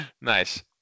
Nice